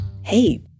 hey